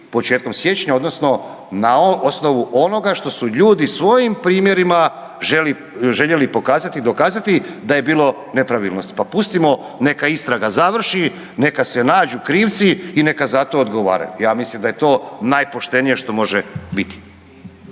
početkom siječnja odnosno na osnovu onoga što su ljudi svojim primjerima željeli pokazati i dokazati da je bilo nepravilnosti. Pa pustimo neka istraga završi, neka se nađu krivci i neka za to odgovaraju. Ja mislim da je to najpoštenije što može biti.